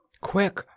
quick